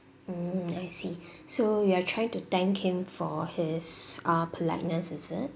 mm I see so you are trying to thank him for his uh politeness is it